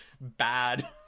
bad